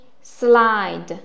slide